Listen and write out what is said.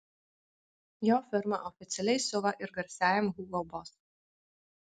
jo firma oficialiai siuva ir garsiajam hugo boss